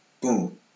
Boom